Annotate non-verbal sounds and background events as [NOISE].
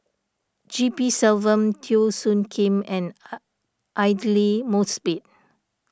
G P Selvam Teo Soon Kim and [HESITATION] Aidli Mosbit